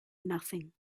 nothing